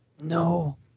No